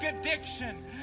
addiction